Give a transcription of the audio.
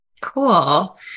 Cool